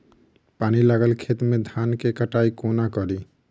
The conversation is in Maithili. पानि लागल खेत मे धान केँ कटाई कोना कड़ी?